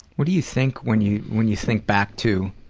what do you think when you when you think back to